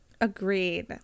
Agreed